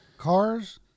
Cars